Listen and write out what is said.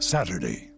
Saturday